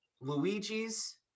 Luigi's